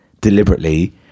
deliberately